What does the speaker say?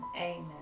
Amen